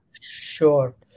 Sure